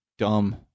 Dumb